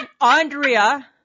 Andrea